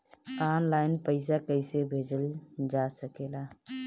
आन line पईसा कईसे भेजल जा सेकला?